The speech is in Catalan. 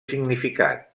significat